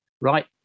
right